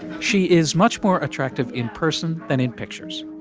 she is much more attractive in person than in pictures.